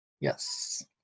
Yes